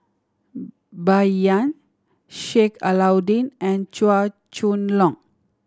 Bai Yan Sheik Alau'ddin and Chua Chong Long